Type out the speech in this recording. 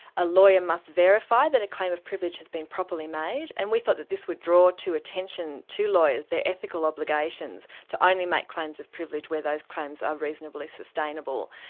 a lawyer must verify that a claim of privilege has been properly made, and we thought that this would draw to attention to lawyers their ethical obligations to only make claims of privilege where those claims are reasonably sustainable.